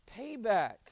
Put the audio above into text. payback